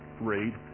read